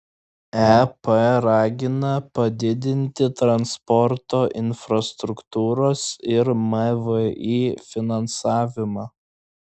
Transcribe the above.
ep ragina padidinti transporto infrastruktūros ir mvį finansavimą